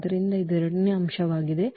ಆದ್ದರಿಂದ ಇದು ಎರಡನೇ ಅಂಶವಾಗಿದೆ